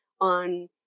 on